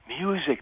music